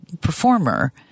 performer